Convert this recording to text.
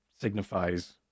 signifies